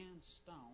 Stone